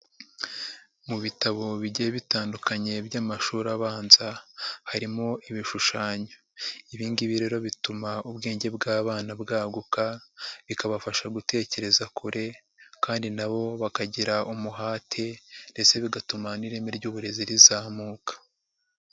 Mu bitabo bigiye bitandukanye by'amashuri abanza harimo ibishushanyo. Ibi ngibi rero bituma ubwenge bw'abana bwaguka, bikabafasha gutekereza kure kandi na bo bakagira umuhate ndetse bigatuma n'ireme ry'uburezi rizamuka.